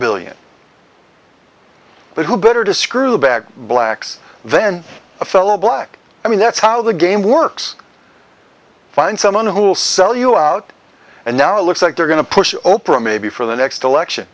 billion but who better to screw back blacks then a fellow black i mean that's how the game works find someone who will sell you out and now it looks like they're going to push oprah maybe for the next election